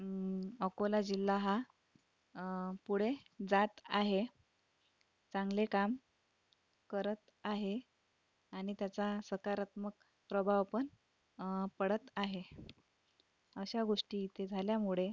अकोला जिल्हा हा पुढे जात आहे चांगले काम करत आहे आणि त्याचा सकारात्मक प्रभाव पण पडत आहे अशा गोष्टी इथे झाल्यामुळे